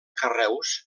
carreus